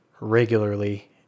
regularly